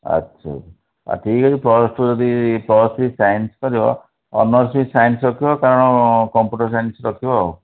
ଆଚ୍ଛା ହଉ ଠିକ୍ ଅଛି ପ୍ଲସ୍ ଟୁରେ ଯଦି ପ୍ଲସ୍ ଥ୍ରୀ ସାଇନ୍ସ କରିବ ଅନର୍ସ୍ ବି ସାଇନ୍ସ୍ ରଖିବ କାରଣ କମ୍ପୁଟର୍ ସାଇନ୍ସ୍ ରଖିବ ଆଉ